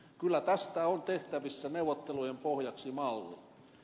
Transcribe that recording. kyllä tästä on tehtävissä neuvottelujen pohjaksi malli